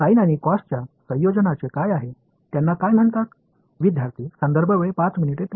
sign आणि कॉसच्या संयोजनाचे काय आहे त्यांना काय म्हणतात